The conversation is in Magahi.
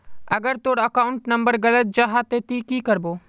अगर तोर अकाउंट नंबर गलत जाहा ते की करबो?